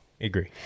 Agree